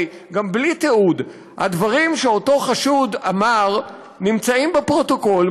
הרי גם בלי תיעוד הדברים שאותו חשוד אמר נמצאים בפרוטוקול,